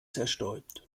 zerstäubt